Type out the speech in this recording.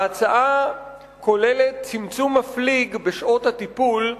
ההצעה כוללת צמצום מפליג בשעות הטיפול,